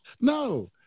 No